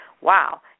wow